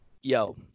yo